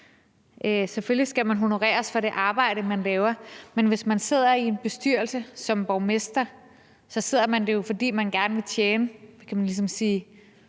selvfølgelig skal man honoreres for det arbejde, man laver. Men hvis man sidder i en bestyrelse som borgmester, så sidder man der jo, fordi man gerne vil tjene, kan man ligesom sige,